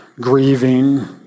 grieving